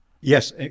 Yes